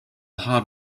hard